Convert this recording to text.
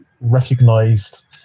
recognized